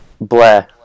Blair